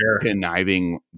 conniving